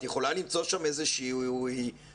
את יכולה למצוא שם איזושהי חוקיות,